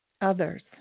others